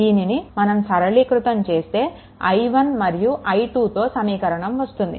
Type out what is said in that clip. దీనిని మనం సరళీకృతం చేస్తే i1 మరియు i2తో సమీకరణం వస్తుంది